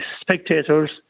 spectators